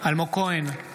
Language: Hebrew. אלמוג כהן,